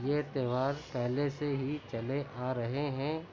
یہ تیوہار پہلے سے ہی چلے آ رہے ہیں